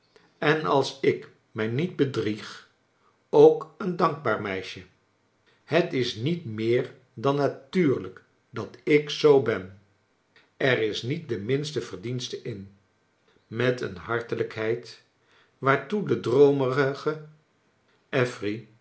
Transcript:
en als ik mij niet bedrieg ook een dankbaar meisje jhet is met meer dan natuurlijk dat ik zoo ben er is niet de minste verdienste in met een hartelijkheid waartoe de droomerige affery